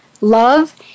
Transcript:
love